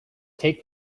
take